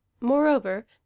moreover